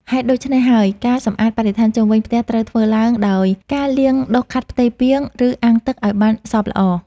ហេតុដូច្នេះហើយ ការសម្អាតបរិស្ថានជុំវិញផ្ទះត្រូវធ្វើឡើងដោយការលាងដុសខាត់ផ្ទៃពាង ឬអាងទឹកឱ្យបានសព្វល្អ។